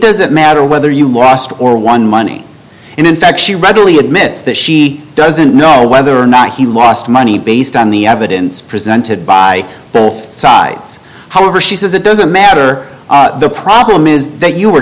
doesn't matter whether you lost or won money and in fact she readily admits that she doesn't know whether or not he lost money based on the evidence presented by both sides however she says it doesn't matter the problem is that you